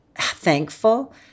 thankful